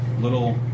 little